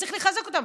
וצריך לחזק אותם,